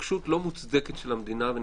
התעקשות לא מוצדקת של המדינה לקבל ואני